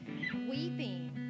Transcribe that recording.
weeping